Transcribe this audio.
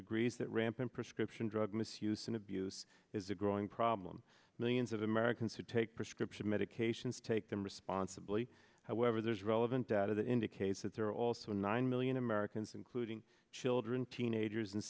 agrees that rampant prescription drug misuse and abuse is a growing problem millions of americans who take prescription medications take them responsibly however there is relevant data that indicates that there are also nine million americans including children teenagers and